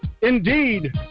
indeed